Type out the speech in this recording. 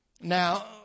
Now